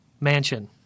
mansion